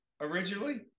originally